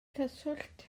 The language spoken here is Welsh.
cyswllt